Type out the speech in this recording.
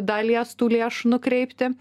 dalies tų lėšų nukreipti